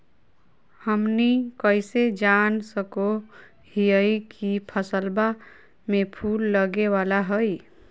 हमनी कइसे जान सको हीयइ की फसलबा में फूल लगे वाला हइ?